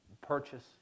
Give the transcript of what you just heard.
purchase